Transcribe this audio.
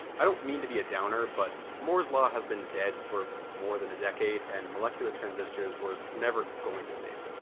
i don't mean to be a downer but moore's law has been dead for more than a decade and molecular transistors were never going to save it.